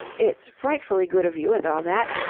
it's frightfully good of you and all that,